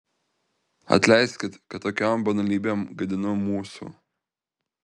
atleiskit kad tokiom banalybėm gadinu mūsų